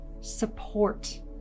support